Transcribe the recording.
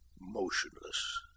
motionless